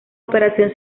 operación